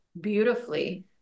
beautifully